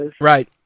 Right